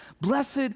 Blessed